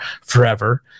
forever